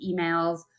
emails